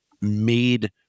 made